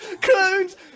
Clones